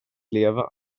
leva